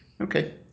Okay